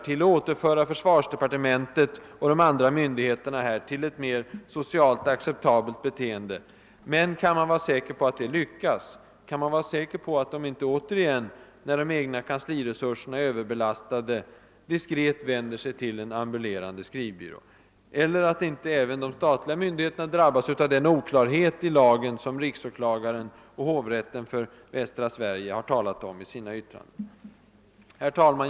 till att återföra försvarsdepartementet och de andra myndigheterna till ett socialt mer acceptabelt beteende. Men kan man vara säker på att det lyckas? Kan man var säker på att de inte återigen, när de egna kansliresurserna är överbelastade, diskret vänder sig till en ambulerande skrivbyrå? Eller att inte även de statliga myndigheterna drabbas av den oklarhet i lagen som riksåklagaren och hovrätten för Västra Sverige talat om i sina yttranden? :Herr talman!